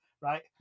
Right